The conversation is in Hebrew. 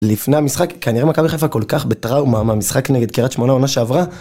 לפני המשחק, כנראה מכבי חיפה כל כך בטראומה מהמשחק נגד קריית שמונה מהעונה שעברה